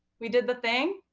we did the thing,